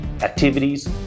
activities